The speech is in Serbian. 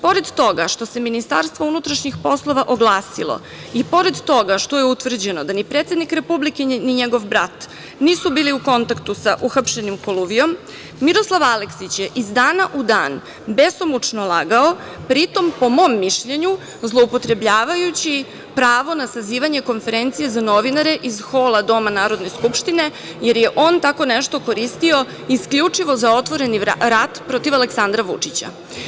Pored toga što se MUP oglasilo, i pored toga što je utvrđeno da ni predsednik Republike, ni njegov vrat nisu bili u kontaktu sa uhapšenim Koluvijom, Miroslav Aleksić je iz dana u dan besomučno lagao, pri tom, po mom mišljenju, zloupotrebljavajući pravo na sazivanje konferencije za novinare iz hola doma Narodne skupštine, jer je on tako nešto koristio isključivo za otvoreni rat protiv Aleksandra Vučića.